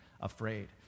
afraid